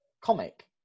comic